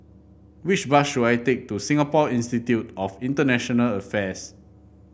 which bus should I take to Singapore Institute of International Affairs